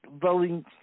voting